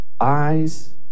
Eyes